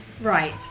Right